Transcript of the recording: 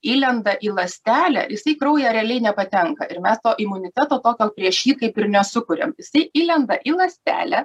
įlenda į ląstelę jisai į kraują realiai nepatenka ir mes to imuniteto tokio prieš jį kaip ir nesukuriam jisai įlenda į ląstelę